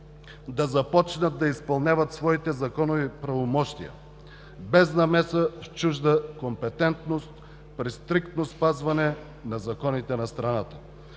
да започнат да изпълняват своите законови правомощия, без намеса в чужда компетентност при стриктно спазване на законите на страната.